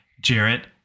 Jarrett